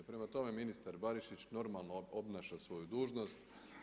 Prema tome, ministar Barišić normalno obnaša svoju dužnost.